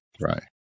Right